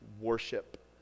worship